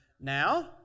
Now